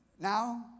Now